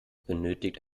benötigt